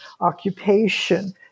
occupation